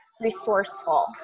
resourceful